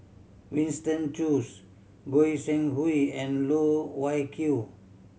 Winston Choos Goi Seng Hui and Loh Wai Kiew